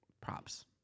props